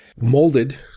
molded